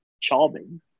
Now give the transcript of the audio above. charming